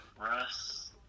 Russ